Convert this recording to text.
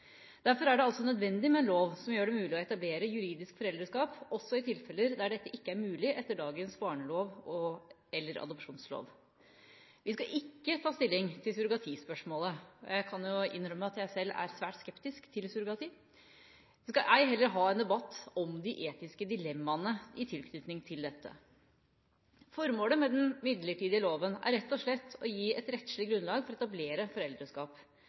Derfor er det altså nødvendig med en lov som gjør det mulig å etablere juridisk foreldreskap også i de tilfeller der dette ikke er mulig etter dagens barnelov eller adopsjonslov. Vi skal ikke ta stilling til surrogatispørsmålet – jeg kan jo innrømme at jeg selv er svært skeptisk til surrogati – og vi skal heller ikke ha en debatt om de etiske dilemmaer i tilknytning til dette. Formålet med den midlertidige loven er rett og slett å gi et rettslig grunnlag for å etablere foreldreskap.